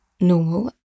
normal